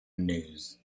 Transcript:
news